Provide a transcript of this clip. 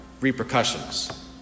repercussions